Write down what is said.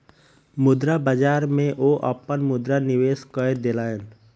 मुद्रा बाजार में ओ अपन मुद्रा निवेश कय देलैन